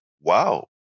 Wow